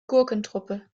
gurkentruppe